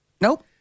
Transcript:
Nope